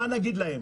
מה נגיד להם?